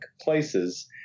places